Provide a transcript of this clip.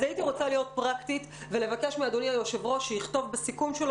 אז הייתי רוצה להיות פרקטית ולבקש מאדוני היושב-ראש שיכתוב בסיכום,